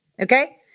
Okay